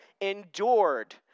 endured